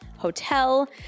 Hotel